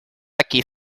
aquí